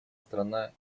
страна